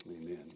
amen